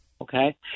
Okay